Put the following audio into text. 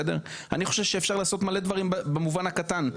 אני חושב שאפשר לעשות עוד מלא דברים במובן הקטן.